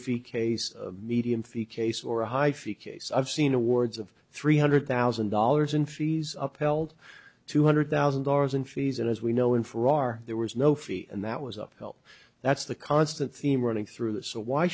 fee case medium fee case or a high fee case i've seen awards of three hundred thousand dollars in fees up held two hundred thousand dollars in fees and as we know in farrar there was no fee and that was of help that's the constant theme running through it so why